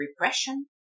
repression